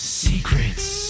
secrets